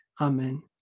Amen